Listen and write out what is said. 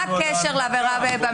מה הקשר לעבירה?